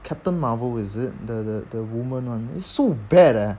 captain marvel is it the the woman one it's so bad eh